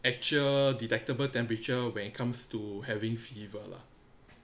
actual detectable temperature when it comes to having fever lah